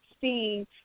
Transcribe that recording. seeing